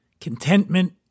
contentment